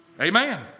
Amen